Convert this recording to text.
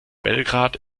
belgrad